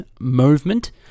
movement